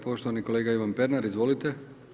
Poštovani kolega Ivan Pernar, izvolite.